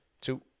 two